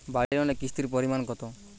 বাড়ি লোনে কিস্তির পরিমাণ কত?